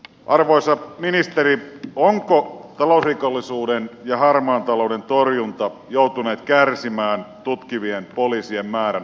arvoisa ministeri onko talousrikollisuuden ja harmaan talouden torjunta joutunut kärsimään tutkivien poliisien määrän pienuudesta